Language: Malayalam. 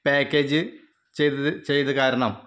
പാക്കേജ് ചെയ്തത് ചെയ്ത കാരണം